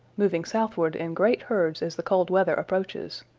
moving southward in great herds as the cold weather approaches.